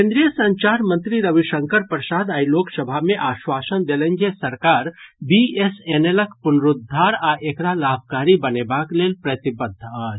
केन्द्रीय संचार मंत्री रविशंकर प्रसाद आइ लोकसभा मे आश्वासन देलनि जे सरकार बीएसएनएलक पुनरूद्वार आ एकरा लाभकारी बनेबाक लेल प्रतिबद्ध अछि